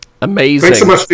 amazing